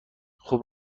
خوب